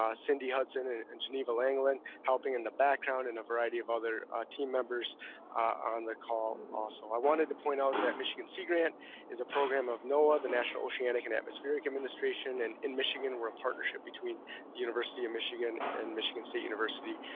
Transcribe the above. ah cindy hudson and geneva langland helping in the background in a variety of other team members on the call also. i wanted to point out that michigan sea grant is a program of noaa, the national oceanic and atmospheric administration. and in michigan, we're a partnership between the university of michigan and michigan state university.